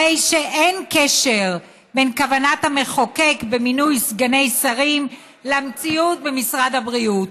הרי שאין קשר בין כוונת המחוקק במינוי סגני שרים למציאות במשרד הבריאות.